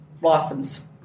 blossoms